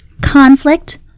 conflict